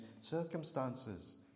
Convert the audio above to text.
circumstances